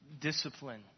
discipline